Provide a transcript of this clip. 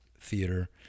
Theater